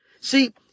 See